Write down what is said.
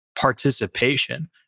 participation